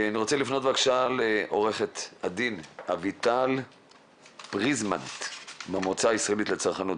אני רוצה לפנות לעו"ד אביטל פריזמנט מהמועצה הישראלית לצרכנות.